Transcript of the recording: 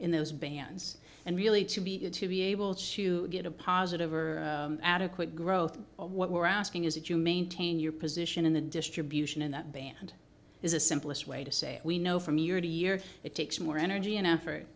in those bands and really to be it to be able to get a positive or adequate growth of what we're asking is that you maintain your position in the distribution in that band is the simplest way to say we know from year to year it takes more energy and effort